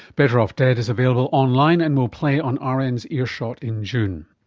better off dead is available online and will play on ah rn's earshot in june.